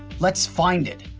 let's find it.